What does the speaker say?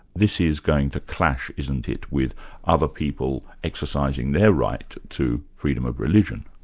this is going to clash, isn't it, with other people exercising their right to freedom of religion.